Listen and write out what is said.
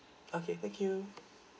okay thank you